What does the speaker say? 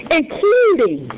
including